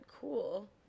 cool